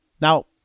Now